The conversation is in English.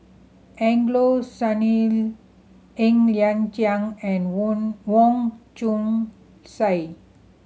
Angelo Sanelli Ng Liang Chiang and Wong Chong Sai